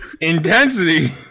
intensity